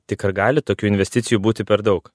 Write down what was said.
tik ar gali tokių investicijų būti per daug